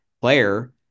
player